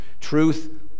truth